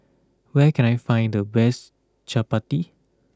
where can I find the best Chapati